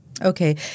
Okay